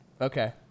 Okay